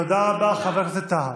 תודה רבה, חבר הכנסת טאהא.